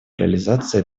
реализации